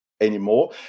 anymore